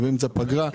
באמצע הפגרה.